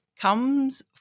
comes